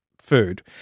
food